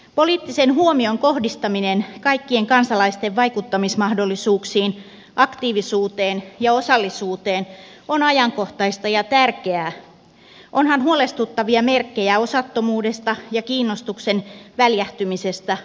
poliittisen huomion kohdistaminen kaikkien kansalaisten vaikuttamismahdollisuuksiin aktiivisuuteen ja osallisuuteen on ajankohtaista ja tärkeää onhan huolestuttavia merkkejä osattomuudesta ja kiinnostuksen väljähtymisestä havaittavissa